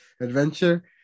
adventure